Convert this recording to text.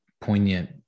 poignant